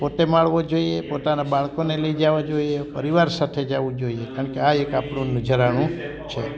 પોતે માણવો જોઈએ પોતાના બાળકોને લઈ જવા જોઈએ પરિવાર સાથે જાવું જોઈએ કારણ કે આ એક આપણું નજરાણું છે